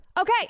Okay